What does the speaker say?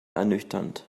ernüchtert